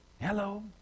Hello